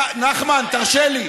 אה, "מנוול"?